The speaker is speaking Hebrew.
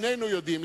שנינו יודעים,